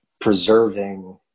preserving